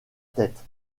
tête